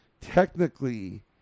technically